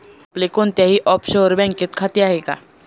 आपले कोणत्याही ऑफशोअर बँकेत खाते आहे का?